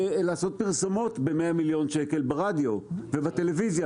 לעשות פרסומות ב-100 מיליון שקל ברדיו ובטלוויזיה.